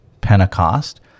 Pentecost